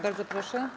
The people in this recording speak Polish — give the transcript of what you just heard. Bardzo proszę.